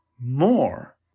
more